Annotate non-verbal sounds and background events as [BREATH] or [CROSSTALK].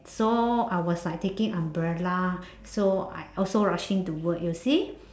so I was like taking umbrella [BREATH] so I also rushing to work you see